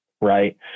right